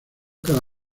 cada